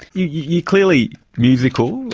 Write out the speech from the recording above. you're clearly musical,